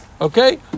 Okay